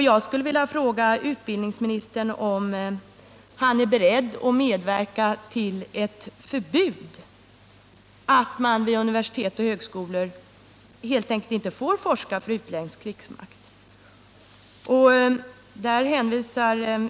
Jag skulle vilja fråga utbildningsministern om han är beredd att medverka till ett förbud, så att man vid universitet och högskolor helt enkelt inte får forska för utländsk krigsmakts räkning.